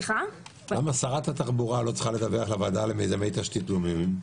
למה שרת התחבורה לא צריכה לדווח לוועדה למיזמי תשתית לאומיים?